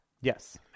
Yes